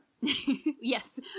Yes